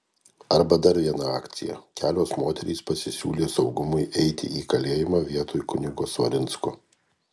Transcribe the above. arba dar viena akcija kelios moterys pasisiūlė saugumui eiti į kalėjimą vietoj kunigo svarinsko